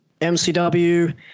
MCW